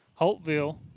Holtville